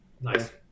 Nice